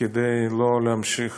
כדי לא להמשיך